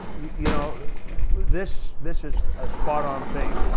you know this this is a spot-on thing,